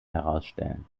herausstellen